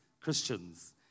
Christians